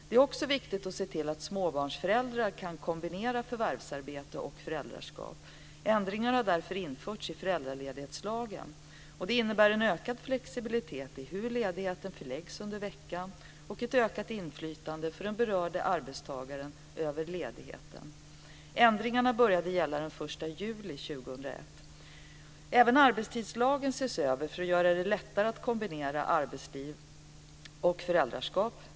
Det är också viktigt att se till att småbarnsföräldrar kan kombinera förvärvsarbete och föräldraskap. Ändringar har därför införts i föräldraledighetslagen. De innebär en ökad flexibilitet i hur ledighet förläggs under arbetsveckan och ett ökat inflytande för den berörde arbetstagaren över ledigheten. Ändringarna började gälla den 1 juli 2001. Även arbetstidslagen ses över för att göra det lättare att kombinera arbetsliv och föräldraskap.